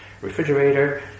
refrigerator